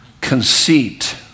Conceit